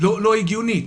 לא הגיונית